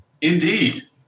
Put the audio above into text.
Indeed